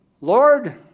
Lord